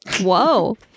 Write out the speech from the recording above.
Whoa